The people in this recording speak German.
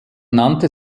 nannte